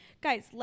Guys